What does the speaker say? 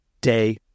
day